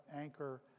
anchor